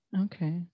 Okay